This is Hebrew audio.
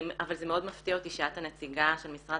אבל זה מאוד מפתיע אותי שאת הנציגה של משרד